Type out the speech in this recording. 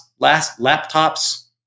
laptops